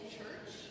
church